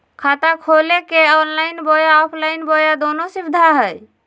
खाता खोले के ऑनलाइन बोया ऑफलाइन बोया दोनो सुविधा है?